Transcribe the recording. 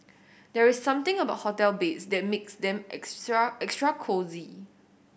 there's something about hotel beds that makes them extra extra cosy